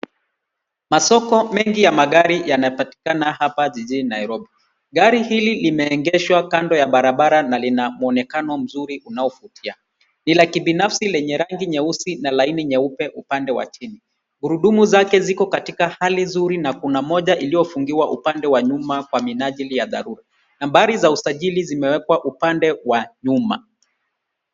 Masoko mengi ya magari yanapatikana hapa jijini Nairobi. Gari hili limeegeshwa kando ya barabara na lina muonekano mzuri unaovutia. Ni la kibinafsi la rangi nyeusi na laini nyeupe upande wa chini. Gurudumu zake ziko katika hali nzuri na kuna moja iliyofungiwa upande wa nyuma kwa minajili ya dharura. Nambari za usajili zimewekwa upande wa nyuma.